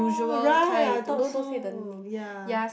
oh right I thought so ya